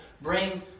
bring